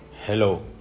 Hello